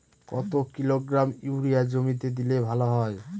কত kilogram urea জমিতে দিলে ভালো হয়?